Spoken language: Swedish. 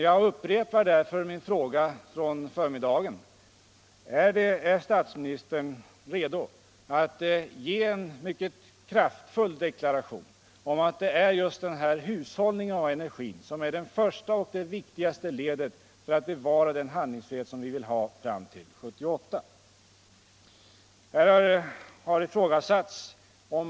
Jag upprepar därför min fråga från förmiddagen: Är herr statsministern redo att ge en mycket kraftfull deklaration om att det är just hushållningen med energi som är det första och det viktigaste ledet för att bevara den handlingsfrihet som vi vill ha fram till 1978?